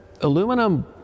aluminum